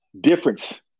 difference